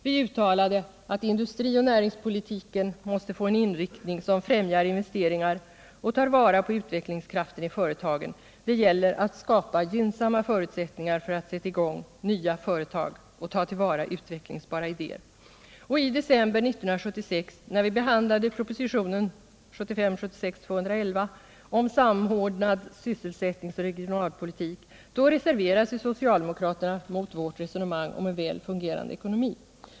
Vi uttalade att industrioch näringspolitiken måste få en inriktning som främjar investeringar och tar vara på utvecklingskraften i företagen. Det gäller att skapa gynnsamma förutsättningar för att sätta i gång nya företag och ta till vara utvecklingsbara idéer. I december 1976, när vi behandlade proposition 1975/76:211 om samordnad sysselsättningsoch regionalpolitik, reserverade sig socialdemo kraterna mot vårt resonemang om en väl fungerande ekonomi.